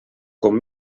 com